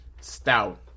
Stout